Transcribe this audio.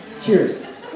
Cheers